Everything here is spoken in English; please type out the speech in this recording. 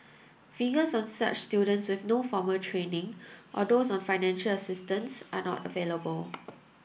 figures on such students with no formal training or those on financial assistance are not available